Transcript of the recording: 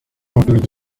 abaturage